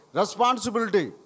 responsibility